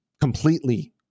completely